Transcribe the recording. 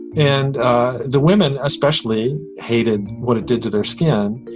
and the women especially hated what it did to their skin.